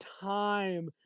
time